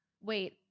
wait